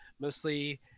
mostly